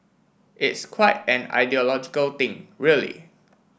it's quite an ideological thing really